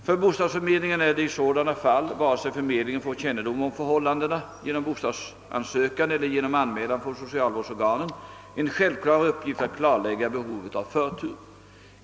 För bostadsförmedlingen är det i sådana fall, vare sig förmedlingen får kännedom om förhållandena genom bostadsansökan eller genom anmälan från socialvårdsorganen, en självklar uppgift att klarlägga behovet av förtur.